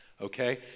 okay